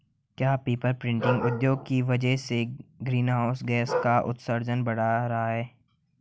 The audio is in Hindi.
क्या पेपर प्रिंटिंग उद्योग की वजह से ग्रीन हाउस गैसों का उत्सर्जन बढ़ रहा है?